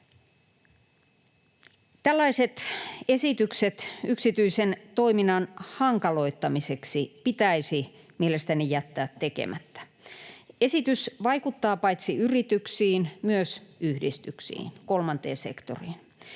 Tällaiset esitykset yksityisen toiminnan hankaloittamiseksi pitäisi mielestäni jättää tekemättä. Esitys vaikuttaa paitsi yrityksiin myös yhdistyksiin, kolmanteen sektoriin.